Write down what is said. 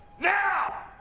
now!